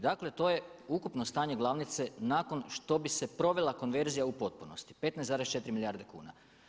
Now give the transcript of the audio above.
Dakle, to je ukupno stanje glavnice nakon što bi se provela konverzija u potpunosti, 15,4 milijarde kuna.